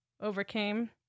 overcame